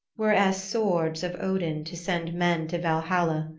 were as swords of odin to send men to valhalla,